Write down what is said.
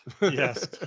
yes